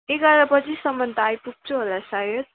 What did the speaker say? एघार बजीसम्म त आइपुग्छु होला सायद